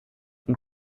und